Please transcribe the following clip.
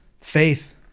Faith